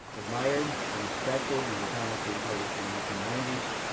admired and respected. these are comics that we published in the nineteen ninety s.